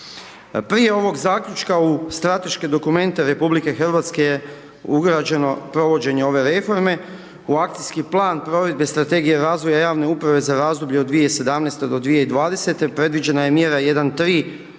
Prije ovog Zaključka u strateške dokumente RH je ugrađeno provođenje ove reforme. U akcijski plan provedbe strategije razvoja javne uprave za razdoblje od 2017.-2020. predviđena je mjera 13.